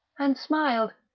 and smiled,